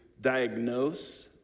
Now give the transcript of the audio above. diagnose